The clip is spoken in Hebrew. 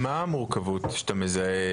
מה המורכבות שאתה מזהה?